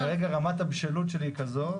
כרגע רמת הבשלות שלי היא כזו,